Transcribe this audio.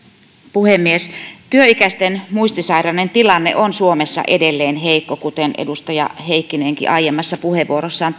puhemies työikäisten muistisairaiden tilanne on suomessa edelleen heikko kuten edustaja heikkinenkin aiemmassa puheenvuorossaan